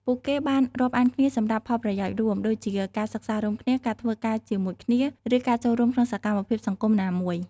ពួកគេបានរាប់អានគ្នាសម្រាប់ផលប្រយោជន៍រួម ដូចជាការសិក្សារួមគ្នា ការធ្វើការជាមួយគ្នា ឬការចូលរួមក្នុងសកម្មភាពសង្គមណាមួយ។